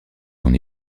son